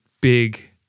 big